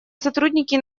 сотрудники